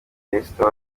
esther